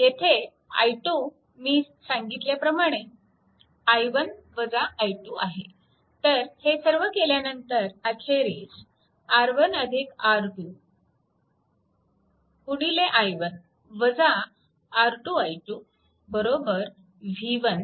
येथे I2 मी सांगितले आहे की i1 i 2 आहे तर हे सर्व केल्यानंतर अखेरीस R 1 R 2 i 1 R 2 i 2 v 1